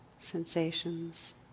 sensations